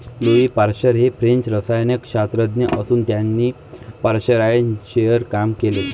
Louis Pasteur हे French रसायनशास्त्रज्ञ असून त्यांनी पाश्चरायझेशनवर काम केले